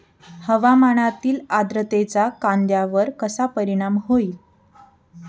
हवामानातील आर्द्रतेचा कांद्यावर कसा परिणाम होईल?